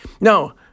Now